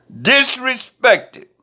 disrespected